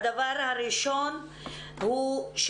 הדבר הראשון הוא,